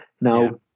Now